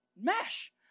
mesh